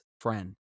friend